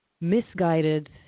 misguided